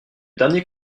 dernier